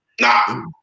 nah